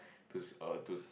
twos err twos